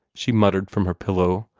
she muttered from her pillow,